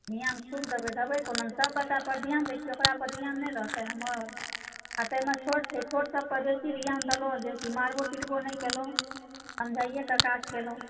ध्यान खूब देबै देबै कोना नहि सभबच्चापर ध्यान दैत छियै ओकरापर ध्यान नहि रहतै हमर आ ताहिमे छोट छै छोट सभपर बेसी ध्यान देलहुँ जेकि मारबो पिटबो नहि केलहुँ समझाए कऽ काज केलहुँ